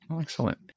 Excellent